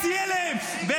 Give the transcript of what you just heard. אתה